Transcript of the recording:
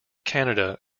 canada